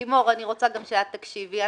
לימור, אני רוצה שגם את תקשיבי.